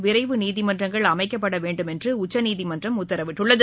விரைவு நீதிமன்றங்கள் அமைக்கப்பட வேண்டும் என்று உச்சநீதிமன்றம் உத்தரவிட்டுள்ளது